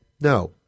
No